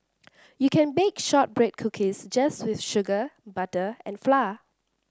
you can bake shortbread cookies just with sugar butter and flour